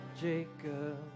Jacob